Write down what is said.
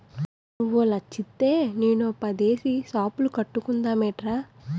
నువ్వో లచ్చిత్తే నేనో పదేసి సాపులు కట్టుకుందమేట్రా